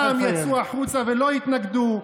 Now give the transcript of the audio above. רע"מ יצאו החוצה ולא התנגדו,